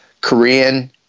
Korean